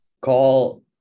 call